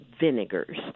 vinegars